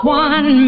one